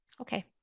Okay